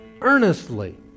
Earnestly